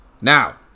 Now